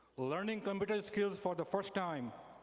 learning computer skills for the first time,